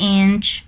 inch